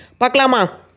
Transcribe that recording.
Paklama